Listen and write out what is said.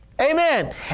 Amen